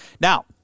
Now